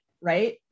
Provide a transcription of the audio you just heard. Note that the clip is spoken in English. right